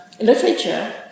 literature